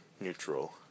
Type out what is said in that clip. neutral